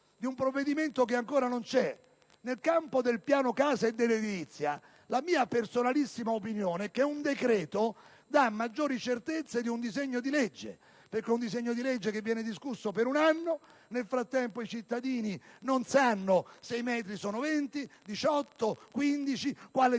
di un provvedimento che ancora non è legge. Nel campo del piano casa e dell'edilizia la mia personalissima opinione è che un decreto dà maggiori certezze rispetto ad un disegno di legge. Quest'ultimo, infatti, viene discusso per un anno e nel frattempo i cittadini non sanno se i metri sono 20, 18, 15, quale tipologia